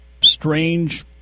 strange